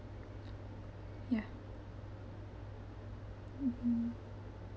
ya mmhmm